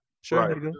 Sure